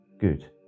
Good